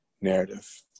narrative